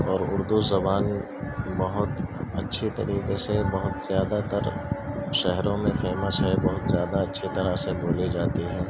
اور اردو زبان بہت اچھی طریقے سے بہت زیادہ تر شہروں میں فیمس ہے بہت زیادہ اچھی طرح سے بولی جاتی ہے